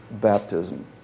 baptism